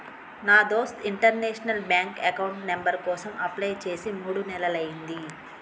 నా దోస్త్ international bank account number కోసం అప్లై చేసి మూడు నెలలయ్యింది